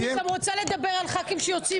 אני גם רוצה לדבר על חברי כנסת שיוצאים